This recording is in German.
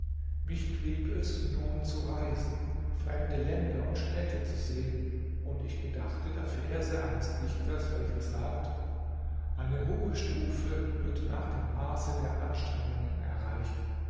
mich trieb es nun zu reisen fremde länder und städte zu sehen und ich gedachte der verse eines dichters welcher sagt eine hohe stufe wird nach dem maße der anstrengungen erreicht